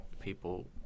people